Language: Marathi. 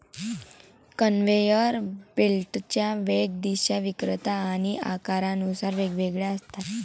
कन्व्हेयर बेल्टच्या वेग, दिशा, वक्रता आणि आकारानुसार वेगवेगळ्या असतात